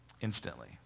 instantly